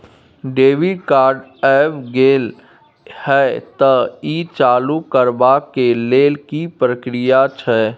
Debit card ऐब गेल हैं त ई चालू करबा के लेल की प्रक्रिया छै?